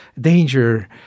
danger